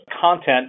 content